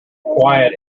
quite